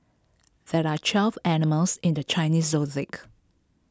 there are twelve animals in the Chinese Zodiac